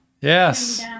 Yes